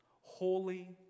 holy